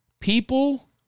People